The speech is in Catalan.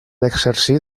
exercir